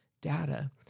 data